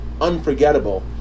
unforgettable